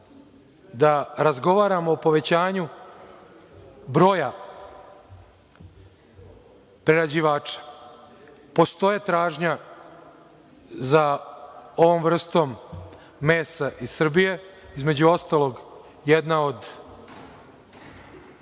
da razgovaramo o povećanju broja prerađivača. Postoji tražnja za ovom vrstom mesa iz Srbije, između ostalog, jedna od